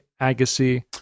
Agassi